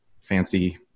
fancy